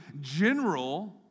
general